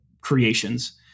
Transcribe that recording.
creations